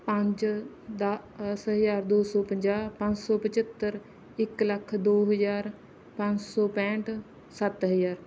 ਪੰਜ ਦਸ ਹਜ਼ਾਰ ਦੋ ਸੌ ਪੰਜਾਹ ਪੰਜ ਸੌ ਪਝੱਤਰ ਇੱਕ ਲੱਖ ਦੋ ਹਜ਼ਾਰ ਪੰਜ ਸੌ ਪੈਂਹਠ ਸੱਤ ਹਜ਼ਾਰ